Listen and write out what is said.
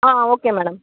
okay madam